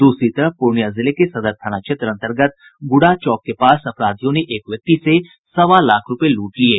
दूसरी तरफ पूर्णिया जिले के सदर थाना क्षेत्र अंतर्गत गूडा चौक के पास अपराधियों ने एक व्यक्ति से सवा लाख रूपये लूट लिये